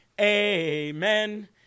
Amen